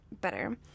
better